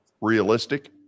Realistic